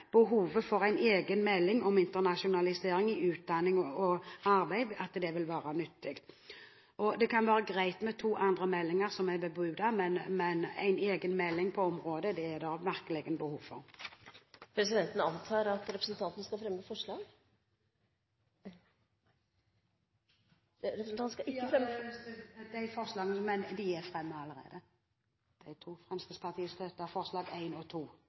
behovet for en egen melding om internasjonalisering i utdanning og arbeid – at det vil være nyttig. Det kan være greit med to andre meldinger som er bebudet, men en egen melding på området er det virkelig behov for. Presidenten antar at representanten Bente Thorsen skal fremme et forslag. Forslagene er fremmet allerede. Fremskrittspartiet støtter forslag nr. 1 og 2. Norge er